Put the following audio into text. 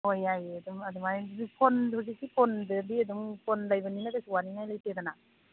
ꯍꯣꯏ ꯌꯥꯏꯌꯦ ꯑꯗꯨꯝ ꯑꯗꯨꯃꯥꯏꯅ ꯐꯣꯟ ꯍꯧꯖꯤꯛꯇꯤ ꯐꯣꯟꯗꯗꯤ ꯑꯗꯨꯝ ꯐꯣꯟ ꯂꯩꯕꯅꯤꯅ ꯀꯩꯁꯨ ꯋꯥꯅꯤꯡꯉꯥꯏ ꯂꯩꯇꯦꯗꯅ